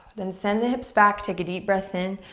then said the hips back. take a deep breath in,